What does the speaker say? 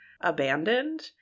abandoned